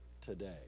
today